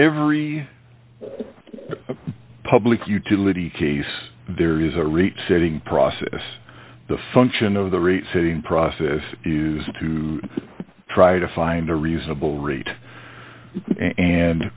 every public utility case there is a rate setting process the function of the resetting process is to try to find a reasonable rate and